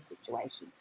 situations